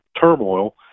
turmoil